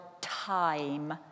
time